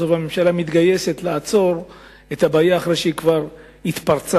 בסוף הממשלה מתגייסת לעצור את הבעיה אחרי שהיא כבר התפרצה.